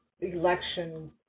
election